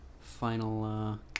final